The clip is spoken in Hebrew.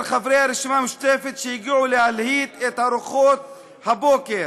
חברי הרשימה המשותפת שהגיעו להלהיט את הרוחות הבוקר: